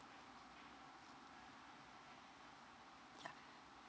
ya